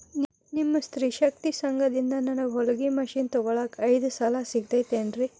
ನಿಮ್ಮ ಸ್ತ್ರೇ ಶಕ್ತಿ ಗುಂಪಿನಿಂದ ನನಗ ಹೊಲಗಿ ಮಷೇನ್ ತೊಗೋಳಾಕ್ ಐದು ಸಾಲ ಸಿಗತೈತೇನ್ರಿ?